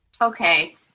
Okay